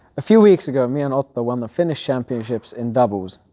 a few weeks ago, me and otto won the finnish championships in doubles.